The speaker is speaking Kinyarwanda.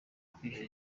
kwihera